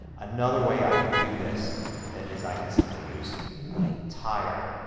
another way i can do this is i can simply use the entire